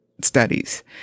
studies